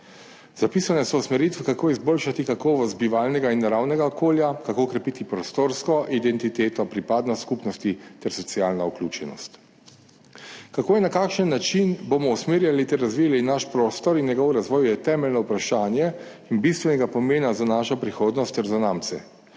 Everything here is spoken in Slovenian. Zapisane so usmeritve, kako izboljšati kakovost bivalnega in naravnega okolja, kako krepiti prostorsko identiteto, pripadnost skupnosti ter socialno vključenost. Kako in na kakšen način bomo usmerjali ter razvijali naš prostor in njegov razvoj, je temeljno vprašanje in bistvenega pomena za našo prihodnost ter zanamce.